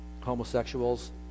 homosexuals